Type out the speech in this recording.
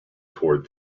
toward